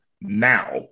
now